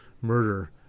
murder